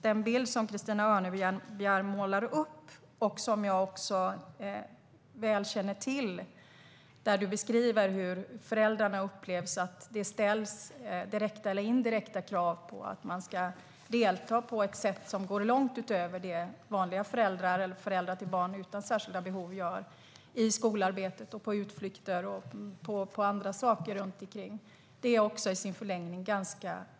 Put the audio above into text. Den bild som Christina Örnebjär målar upp är välkänd för mig. Hon beskriver att föräldrarna upplever att det ställs direkta eller indirekta krav på att de ska delta i skolarbetet och i utflykter och andra saker på ett sätt som går långt utöver vad föräldrar till barn utan särskilda behov gör. Det är ganska orimligt i förlängningen.